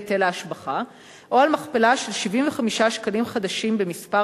היטל ההשבחה או על מכפלה של 75 שקלים חדשים במספר